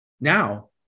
now